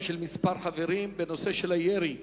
של כמה חברים בנושא הירי במועדון,